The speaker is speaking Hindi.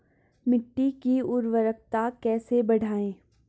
मिट्टी की उर्वरकता कैसे बढ़ायें?